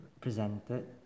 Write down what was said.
presented